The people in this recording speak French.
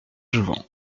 jouvent